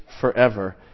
forever